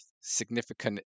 significant